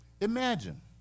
Imagine